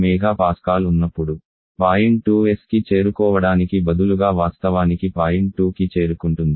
8 MPa ఉన్నప్పుడు point 2s కి చేరుకోవడానికి బదులుగా వాస్తవానికి పాయింట్ 2కి చేరుకుంటుంది